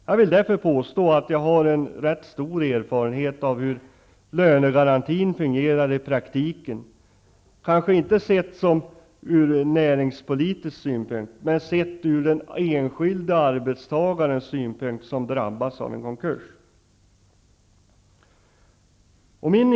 Jag vill därför påstå att jag har en rätt stor erfarenhet av hur lönegarantin fungerar i praktiken, kanske inte sett ur näringspolitisk synpunkt, men sett ur den enskilde arbetstagarens synpunkt, som drabbas av en konkurs.